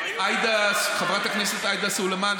חברת הכנסת עאידה סלימאן,